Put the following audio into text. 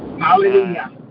Hallelujah